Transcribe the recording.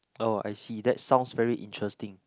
oh I see that sounds very interesting